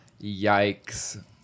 Yikes